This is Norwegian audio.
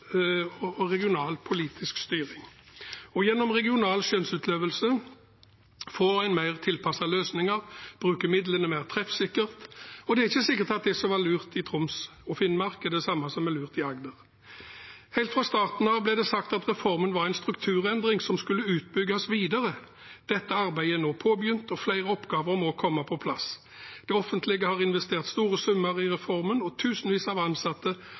regional politisk styring. Gjennom regional skjønnsutøvelse får en mer tilpassede løsninger, bruker midlene mer treffsikkert, og det er ikke sikkert at det som var lurt i Troms og Finnmark, er det samme som er lurt i Agder. Helt fra starten av ble det sagt at reformen var en strukturendring som skulle utbygges videre. Dette arbeidet er nå påbegynt, og flere oppgaver må komme på plass. Det offentlige har investert store summer i reformen, og tusenvis av ansatte